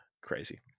Crazy